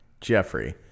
Jeffrey